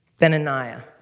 Benaniah